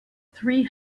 three